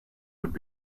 would